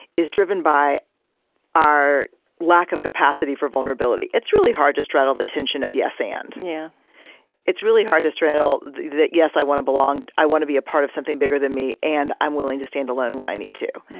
is driven by our lack of capacity for vulnerability. it's really hard to straddle the tension of yes and. yeah it's really hard to straddle that, yes, i want to belong, i want to be a part of something bigger than me and, i'm willing to stand alone when i need to.